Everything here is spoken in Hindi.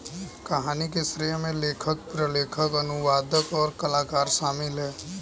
कहानी के श्रेय में लेखक, प्रलेखन, अनुवादक, और कलाकार शामिल हैं